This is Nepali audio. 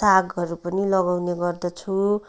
सागहरू पनि लगाउने गर्दछु